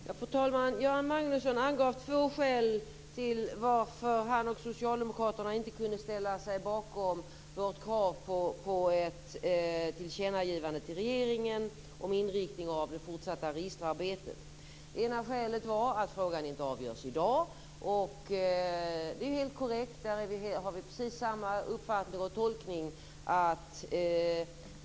Fru talman! Göran Magnusson angav två skäl till att han och Socialdemokraterna inte kunde ställa sig bakom vårt krav på ett tillkännagivande till regeringen om inriktningen av det fortsatta registerarbetet. Det ena skälet var att frågan inte avgörs i dag. Det är korrekt. Där har vi precis samma uppfattning och tolkning.